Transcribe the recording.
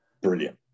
Brilliant